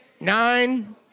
nine